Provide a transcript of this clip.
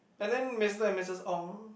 and then Mister and Missus Ong